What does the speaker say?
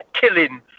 killing